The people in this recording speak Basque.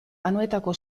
anoetako